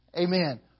Amen